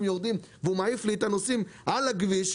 יורדים והוא מעיף לי את הנוסעים על הכביש.